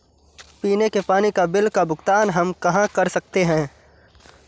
पीने के पानी का बिल का भुगतान हम कहाँ कर सकते हैं?